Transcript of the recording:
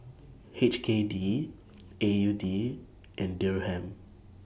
H K D A U D and Dirham